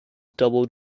double